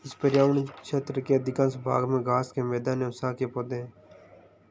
इस पर्यावरण क्षेत्र के अधिकांश भाग में घास के मैदान और शाकीय पौधे हैं